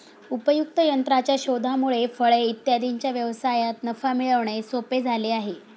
उपयुक्त यंत्राच्या शोधामुळे फळे इत्यादींच्या व्यवसायात नफा मिळवणे सोपे झाले आहे